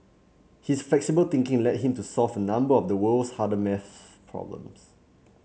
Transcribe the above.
his flexible thinking led him to solve a number of the world's hardest maths problems